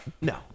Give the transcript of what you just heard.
No